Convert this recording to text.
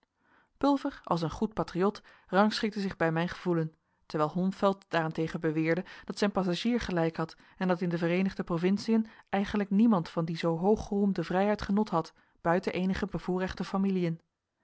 pulver als een goed patriot rangschikte zich bij mijn gevoelen terwijl holmfeld daarentegen beweerde dat zijn passagier gelijk had en dat in de vereenigde provinciën eigenlijk niemand van die zoo hooggeroemde vrijheid genot had buiten eenige bevoorrechte familiën